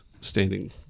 standing